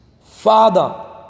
father